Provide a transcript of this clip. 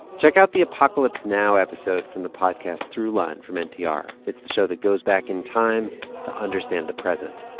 check out the apocalypse now episode from the podcast throughline from npr. it's the show that goes back in time to understand the present.